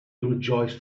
rejoiced